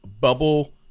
bubble